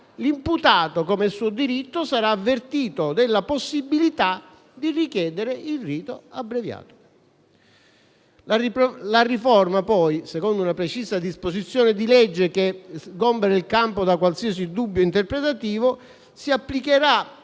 l'imputato, come è suo diritto, sarà avvertito della possibilità di richiedere il rito abbreviato. Inoltre la riforma, secondo una precisa disposizione di legge che sgombra il campo da qualsiasi dubbio interpretativo, si applicherà